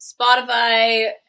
Spotify